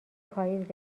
پاییز